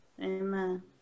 Amen